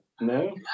No